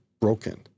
broken